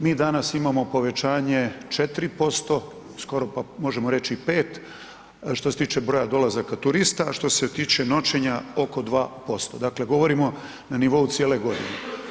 Mi danas imamo povećanje 4%, skoro pa možemo reći i 5 što se tiče broja dolazaka turista, a što se tiče noćenja oko 2%, dakle govorimo na nivou cijele godine.